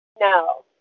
No